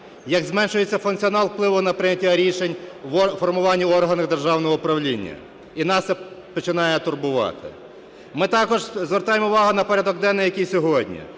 як зменшується функціонал впливу на прийняття рішень в формуванні органів державного управління, і нас це починає турбувати. Ми також звертаємо увагу на порядок денний, який сьогодні,